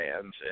fans